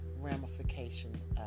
ramifications